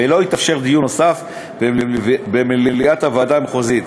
ולא יתאפשר דיון נוסף במליאת הוועדה המחוזית.